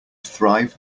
thrive